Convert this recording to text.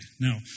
Now